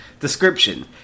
Description